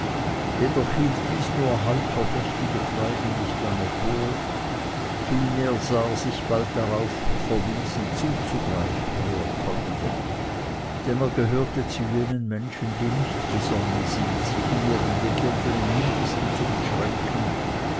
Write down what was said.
jedoch hielt dies nur halb verdächtige treiben nicht lange vor vielmehr sah er sich bald darauf verwiesen zuzugreifen wo er konnte denn er gehörte zu jenen menschen die nicht gesonnen sind sich in ihren begierden im mindesten zu beschränken